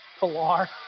Pilar